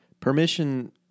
Permission